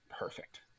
Perfect